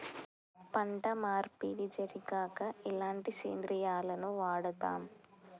పంట మార్పిడి జరిగాక ఎలాంటి సేంద్రియాలను వాడుతం?